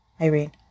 Irene